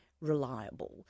reliable